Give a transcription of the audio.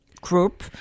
group